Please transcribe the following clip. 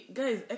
guys